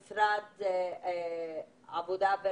גבוהים ופחות דרישה לשיבוץ במקומות עבודה,